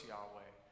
Yahweh